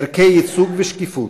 ערכי ייצוג ושקיפות,